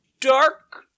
Dark